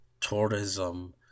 tourism